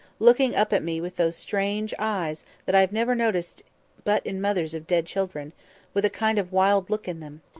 looking up at me with those strange eyes that i've never noticed but in mothers of dead children with a kind of wild look in them,